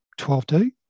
12D